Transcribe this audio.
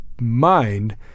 mind